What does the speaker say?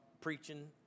preaching